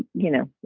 you know,